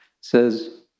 says